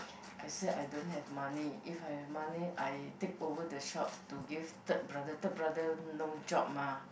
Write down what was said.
I said I don't have money if I have money I take over the shop to give third brother third brother no job mah